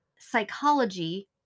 psychology